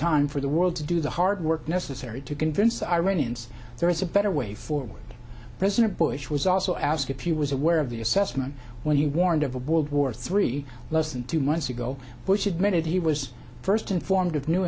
time for the world to do the hard work necessary to convince the iranians there is a better way forward president bush was also asked if you was aware of the assessment when he warned of a bold war three less than two months ago bush admitted he was first inform